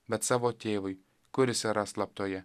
bet savo tėvui kuris yra slaptoje